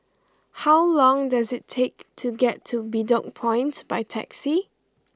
how long does it take to get to Bedok Point by taxi